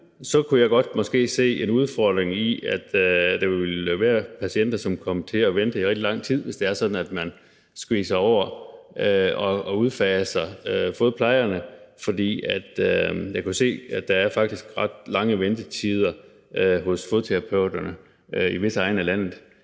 her kunne jeg måske godt se en udfordring i, at der vil være patienter, som kom til at vente i rigtig lang tid, hvis det er sådan, at man udfaser fodplejerne, for jeg kan jo se, at der faktisk er ret lange ventetider hos fodterapeuterne i visse egne af landet.